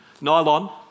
Nylon